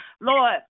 Lord